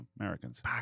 Americans